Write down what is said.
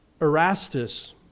Erastus